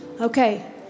Okay